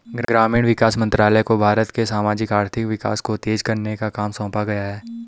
ग्रामीण विकास मंत्रालय को भारत के सामाजिक आर्थिक विकास को तेज करने का काम सौंपा गया है